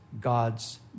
God's